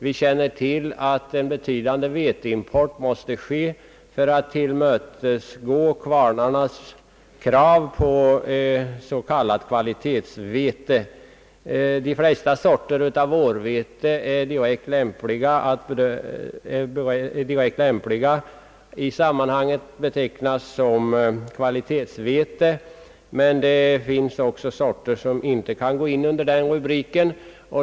Vi känner till att en betydande veteimpori måste ske för att tillmötesgå kvarnarnas krav på s.k. kvalitetsvete. De flesta sorter av vårveten kan i sammanhanget betecknas som kvalitetsvete, men det finns också sorter som inte kan gå in under den rubriken.